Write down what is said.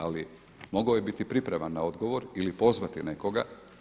Ali mogao je biti pripreman na odgovor ili pozvati nekoga.